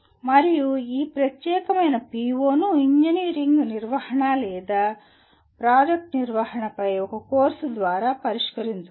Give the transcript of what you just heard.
మరియు ఈ ప్రత్యేకమైన PO ను ఇంజనీరింగ్ నిర్వహణ మరియు లేదా ప్రాజెక్ట్ నిర్వహణపై ఒక కోర్సు ద్వారా పరిష్కరించవచ్చు